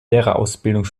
lehrerausbildung